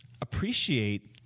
appreciate